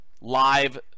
live